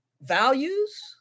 values